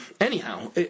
Anyhow